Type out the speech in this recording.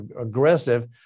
aggressive